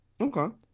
okay